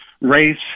race